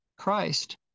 christ